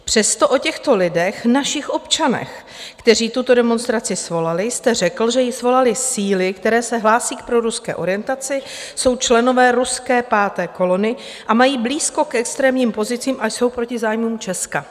Přesto o těchto lidech, našich občanech, kteří tuto demonstraci svolali, jste řekl, že ji svolaly síly, které se hlásí k proruské orientaci, jsou členové ruské páté kolony, mají blízko k extrémním pozicím a jsou proti zájmům Česka.